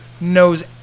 knows